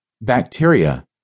Bacteria